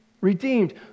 redeemed